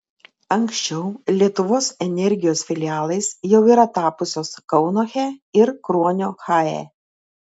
anksčiau lietuvos energijos filialais jau yra tapusios kauno he ir kruonio hae